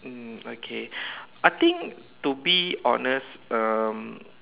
mm okay I think to be honest um